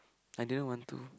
I didn't want to